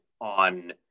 on